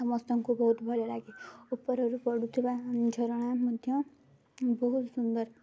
ସମସ୍ତଙ୍କୁ ବହୁତ ଭଲ ଲାଗେ ଉପରରୁ ପଡ଼ୁଥିବା ଝରଣା ମଧ୍ୟ ବହୁତ ସୁନ୍ଦର